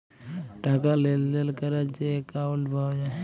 টাকা লেলদেল ক্যরার যে একাউল্ট পাউয়া যায়